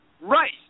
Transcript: right